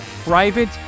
private